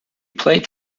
played